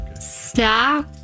Stop